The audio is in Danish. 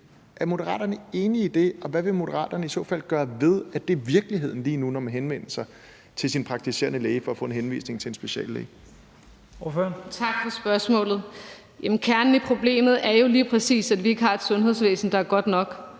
Er Moderaterne enige i det, og hvad vil Moderaterne i så fald gøre ved, at det er virkeligheden lige nu, når man henvender sig til sin praktiserende læge for at få en henvisning til en speciallæge? Kl. 12:23 Første næstformand (Leif Lahn Jensen): Ordføreren. Kl. 12:23 Monika